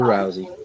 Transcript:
Rousey